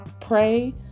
pray